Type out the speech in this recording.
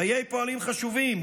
חיי פועלים חשובים.